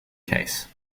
case